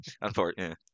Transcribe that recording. Unfortunately